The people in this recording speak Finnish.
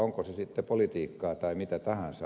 onko se sitten politiikkaa tai mitä tahansa